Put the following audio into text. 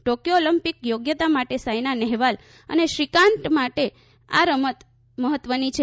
ટોક્વો Olympic થોગ્યતા માટે સાયના નહેવાલ અને શ્રીકાંત માટે આ રમત મહત્વની છે